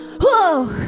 Whoa